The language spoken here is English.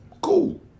cool